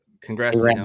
congrats